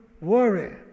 worry